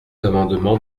amendement